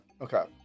okay